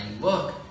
Look